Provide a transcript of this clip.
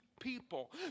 people